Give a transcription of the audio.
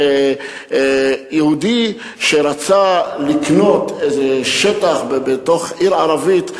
שיהודי שרצה לקנות איזה שטח בעיר ערבית,